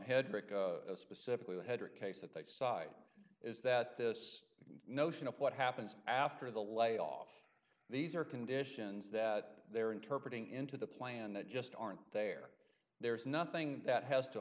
hedrick specifically hedrick case that they side is that this notion of what happens after the layoff these are conditions that they're interpret ing into the plan that just aren't there there is nothing that has to